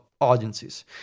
audiences